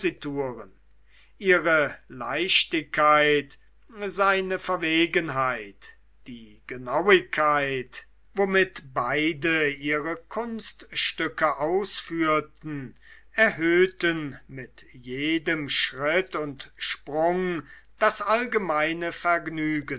ihre leichtigkeit seine verwegenheit die genauigkeit womit beide ihre kunststücke ausführten erhöhten mit jedem schritt und sprung das allgemeine vergnügen